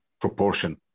proportion